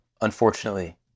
unfortunately